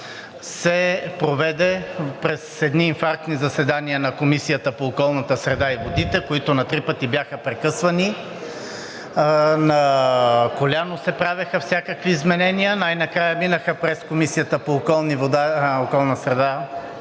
се проведе през едни инфарктни заседания на Комисията по околната среда и водите, които на три пъти бяха прекъсвани. На коляно се правеха всякакви изменения. Най-накрая минаха през Комисията по околната среда